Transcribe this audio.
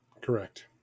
correct